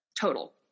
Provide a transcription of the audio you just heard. Total